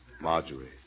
Marjorie